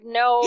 no